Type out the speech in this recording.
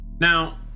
now